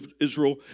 Israel